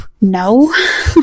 no